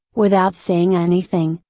without saying anything,